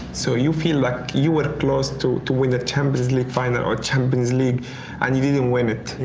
so you feel like you were close to to win the champions league final or champions league and you didn't win it.